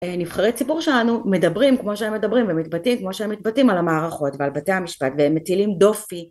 נבחרי ציפור שלנו מדברים כמו שהם מדברים ומתבטאים כמו שהם מתבטאים על המערכות ועל בתי המשפט והם מטילים דופי